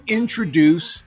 introduce